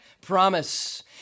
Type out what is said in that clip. promise